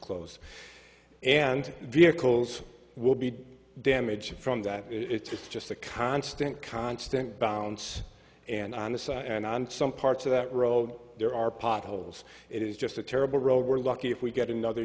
close and vehicles will be damaged from that it's just a constant constant bounce and on the side and on some parts of that row there are potholes it is just a terrible road we're lucky if we get another